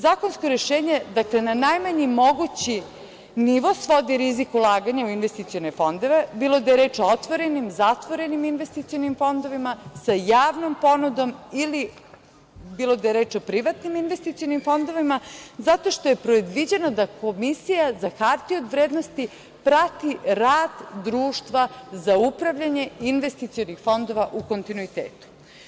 Zakonsko rešenje na najmanji mogući nivo svodi rizik ulaganja u investicione fondove, bilo da je reč o otvorenim, zatvorenim investicionim fondovima, sa javnom ponudom ili, bilo da je reč o privatnim investicionim fondovima, zato što je predviđeno da Komisija za hartije od vrednosti prati rad društva za upravljanje investicionih fondova u kontinuitetu.